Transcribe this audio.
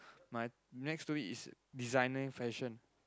my next to it is designing fashion